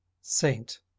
Saint